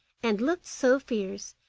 and looked so fierce,